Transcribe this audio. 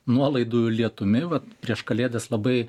nuolaidų lietumi vat prieš kalėdas labai